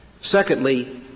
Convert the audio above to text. Secondly